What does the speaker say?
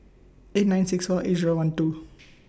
eight nine six four eight Zero one two